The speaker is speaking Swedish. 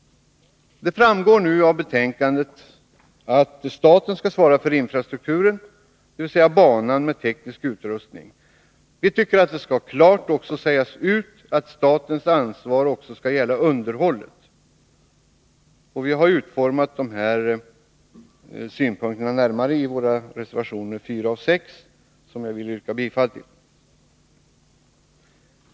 Av betänkandets skrivning framgår att staten skall svara för infrastrukturen, dvs. banan med teknisk utrustning. Vi tycker att det bör klart sägas att statens ansvar också skall gälla underhållet. Vi har närmare utformat dessa synpunkter i våra reservationer 4 och 6, till vilka jag nu yrkar bifall.